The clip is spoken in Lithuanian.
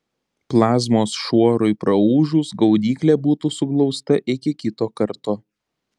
plazmos šuorui praūžus gaudyklė būtų suglausta iki kito karto